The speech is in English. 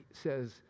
says